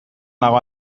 dago